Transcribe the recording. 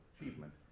achievement